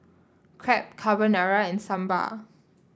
Crepe Carbonara and Sambar